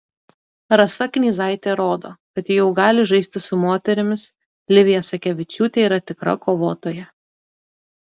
rasa knyzaitė rodo kad ji jau gali žaisti su moterimis livija sakevičiūtė yra tikra kovotoja